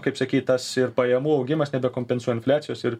kaip sakei tas ir pajamų augimas nebekompensuoja infliacijos ir